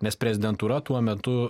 nes prezidentūra tuo metu